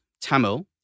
Tamil